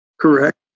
Correct